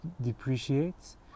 depreciates